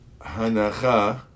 Hanacha